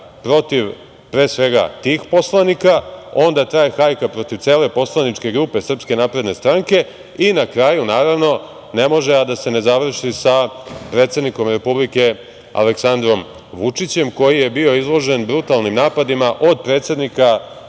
protiv pre svega tih poslanika, onda traje hajka protiv cele poslaničke grupe SNS i na kraju, naravno, ne može a da se ne završi sa predsednikom Republike Aleksandrom Vučićem, koji je bio izložen brutalnim napadima od predsednika Advokatske